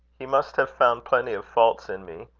he must have found plenty of faults in me.